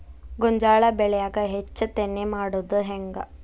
ಗೋಂಜಾಳ ಬೆಳ್ಯಾಗ ಹೆಚ್ಚತೆನೆ ಮಾಡುದ ಹೆಂಗ್?